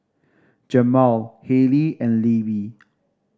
Jamaal Haley and Libby